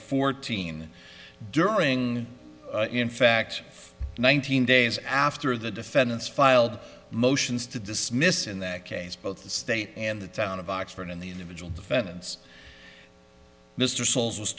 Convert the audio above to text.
fourteen during in fact one thousand days after the defendants filed motions to dismiss in that case both the state and the town of oxford and the individual defendants mr sauls was